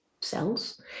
cells